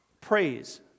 praise